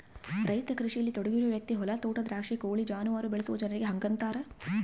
ರೈತ ಕೃಷಿಯಲ್ಲಿ ತೊಡಗಿರುವ ವ್ಯಕ್ತಿ ಹೊಲ ತೋಟ ದ್ರಾಕ್ಷಿ ಕೋಳಿ ಜಾನುವಾರು ಬೆಳೆಸುವ ಜನರಿಗೆ ಹಂಗಂತಾರ